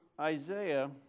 Isaiah